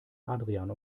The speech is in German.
adrian